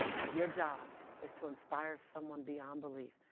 ah your job is to inspire someone beyond belief.